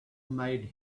made